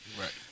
right